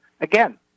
again